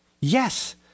yes